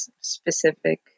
specific